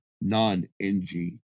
non-NG